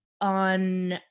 on